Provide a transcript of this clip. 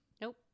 Nope